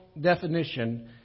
definition